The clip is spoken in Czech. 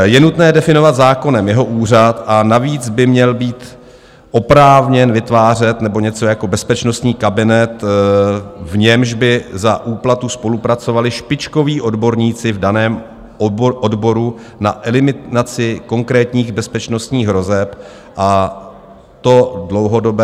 Je nutné definovat zákonem jeho úřad, a navíc by měl být oprávněn vytvářet něco jako bezpečnostní kabinet, v němž by za úplatu spolupracovali špičkoví odborníci v daném odboru na eliminaci konkrétních bezpečnostních hrozeb, a to dlouhodobě.